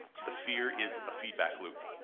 the fear is a feedback loop,